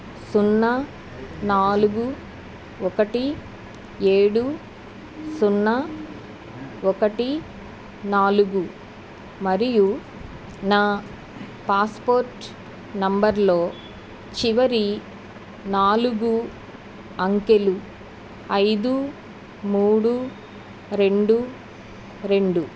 సున్నా నాలుగు ఒకటి ఏడు సున్నా ఒకటి నాలుగు మరియు నా పాస్పోర్ట్ నెంబర్లో చివరి నాలుగు అంకెలు ఐదు మూడు రెండు రెండు